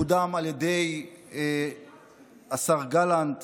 זה קודם על ידי השר גלנט